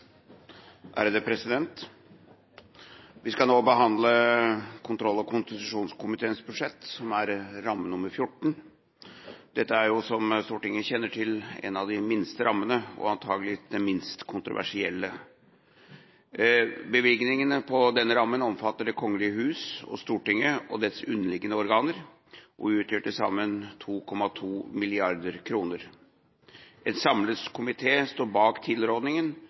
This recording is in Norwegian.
kl. 16.00. Vi skal nå behandle kontroll- og konstitusjonskomiteens budsjett, som er rammeområde 14. Dette er, som Stortinget kjenner til, en av de minste rammene, og antakelig den minst kontroversielle. Bevilgningene på denne rammen omfatter Det kongelige hus og Stortinget og dets underliggende organer, og utgjør til sammen 2,2 mrd. kr. En samlet komité står bak tilrådningen,